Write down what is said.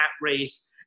race